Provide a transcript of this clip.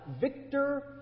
victor